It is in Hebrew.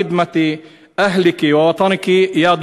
מי ייתן ותמשיכי לשרת את בני עמך ומולדתך בעזרת האל.